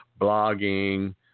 blogging